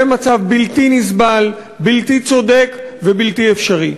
זה מצב בלתי נסבל, בלתי צודק ובלתי אפשרי.